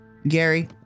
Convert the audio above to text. gary